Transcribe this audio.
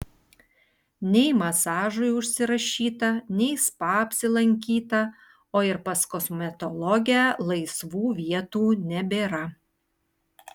nei masažui užsirašyta nei spa apsilankyta o ir pas kosmetologę laisvų vietų nebėra